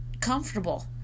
comfortable